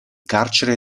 carcere